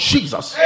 Jesus